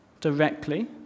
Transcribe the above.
directly